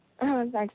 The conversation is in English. Thanks